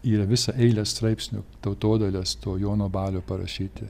yra visą eilė straipsnių tautodailės to jono balio parašyti